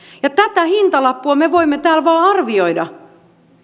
ja tätä hintalappua me voimme täällä vain arvioida